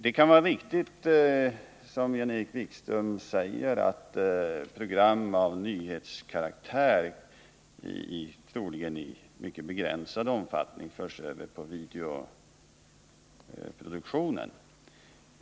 Det kan vara riktigt som Jan-Erik Wikström nu säger att ett program av nyhetskaraktär troligen i mycket begränsad omfattning förs över på videoproduktionen.